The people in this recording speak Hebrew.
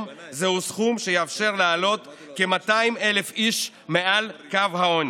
זה סכום שיאפשר להעלות כ-200,000 איש מעל קו העוני.